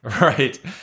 right